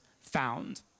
found